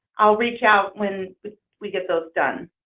i'll reach out when we get those done.